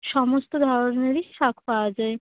সমস্ত ধরনেরই শাক পাওয়া যায়